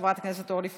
חברת הכנסת אורלי פרומן,